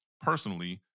personally